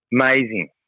amazing